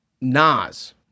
Nas